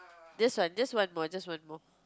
just one just one more just one more